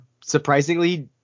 surprisingly